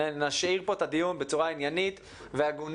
שנשאיר פה את הדיון בצורה עניינית והגונה,